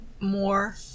more